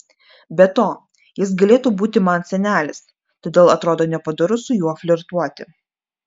be to jis galėtų būti man senelis todėl atrodo nepadoru su juo flirtuoti